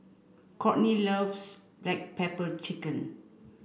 Kourtney loves black pepper chicken